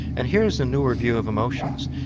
and here is a newer view of emotions,